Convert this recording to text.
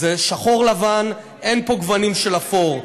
זה שחור לבן, אין פה גוונים של אפור.